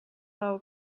thou